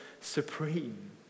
supreme